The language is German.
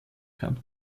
kann